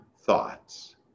thoughts